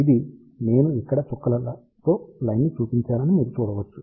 ఇది నేను ఇక్కడ చుక్కలతో లైన్ ని చూపించానని మీరు చూడవచ్చు